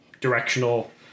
directional